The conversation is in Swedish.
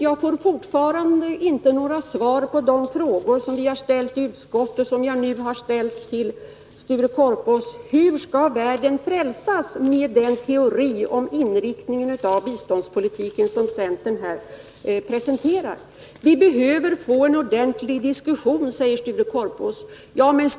Jag får fortfarande inte några svar på de frågor som vi har ställt i utskottet och som jag nu har ställt till Sture Korpås. Hur skall världen frälsas med den teori om inriktningen av biståndspolitiken som centern här presenterar? Vi behöver få en ordentlig diskussion, säger Sture Korpås vidare.